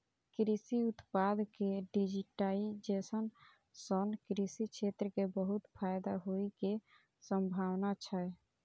कृषि उत्पाद के डिजिटाइजेशन सं कृषि क्षेत्र कें बहुत फायदा होइ के संभावना छै